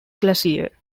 glacier